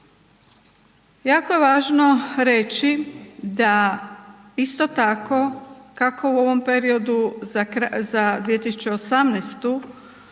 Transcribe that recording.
Jako je važno reći da isto tako kako u ovom periodu za 2018.